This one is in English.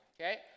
okay